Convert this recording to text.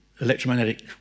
electromagnetic